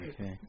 okay